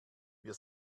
wir